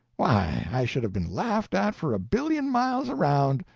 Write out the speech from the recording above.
why, i should have been laughed at for a billion miles around.